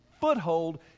foothold